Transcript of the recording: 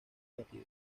abatido